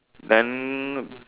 then